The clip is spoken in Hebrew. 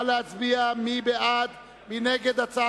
סעיף 48, קבוצות מרצ,